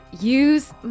use